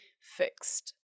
fixed